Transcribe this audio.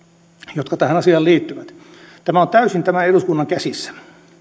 jotka tähän asiaan liittyvät tämä on täysin tämän eduskunnan käsissä